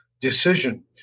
decision